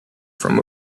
from